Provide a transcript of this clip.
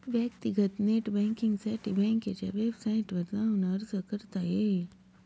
व्यक्तीगत नेट बँकींगसाठी बँकेच्या वेबसाईटवर जाऊन अर्ज करता येईल